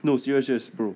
no serious serious bro